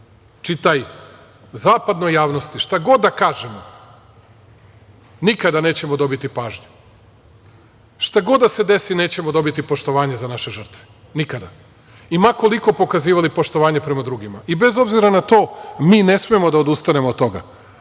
čitaj – zapadnoj javnosti, šta god da kažemo, nikada nećemo dobiti pažnju. Šta god da se desi, nećemo dobiti poštovanje za naše žrtve nikad. Ma koliko pokazivali poštovanje prema drugima i bez obzira na to, mi ne smemo da odustanemo od toga.